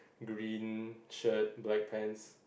green shirt black pants